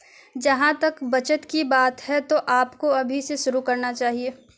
جہاں تک بچت کی بات ہے تو آپ کو ابھی سے شروع کرنا چاہیے